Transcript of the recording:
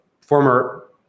former